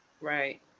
Right